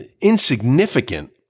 insignificant